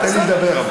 אבל תן לי לדבר,